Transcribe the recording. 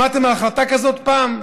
שמעתם על החלטה כזאת פעם?